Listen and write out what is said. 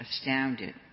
astounded